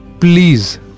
please